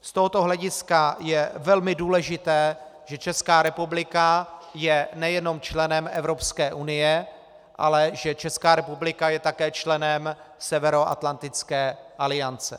Z tohoto hlediska je velmi důležité, že Česká republika je nejenom členem Evropské unie, ale že Česká republika je také členem Severoatlantické aliance.